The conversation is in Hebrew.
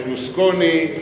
ברלוסקוני,